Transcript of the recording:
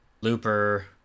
Looper